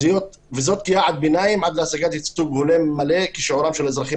וזאת כיעד ביניים עד להשגת ייצוג הולם מלא כשיעורם של האזרחים